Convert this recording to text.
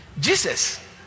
Jesus